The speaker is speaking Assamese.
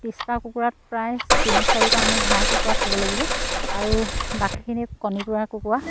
ত্ৰিছটা কুকুৰাত প্ৰায় তিনি চাৰিটা আমি ঘাই কুকুৰা থ'ব লাগিব আৰু বাকীখিনি কণী পৰা কুকুৰা